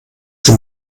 sie